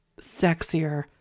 sexier